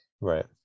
Right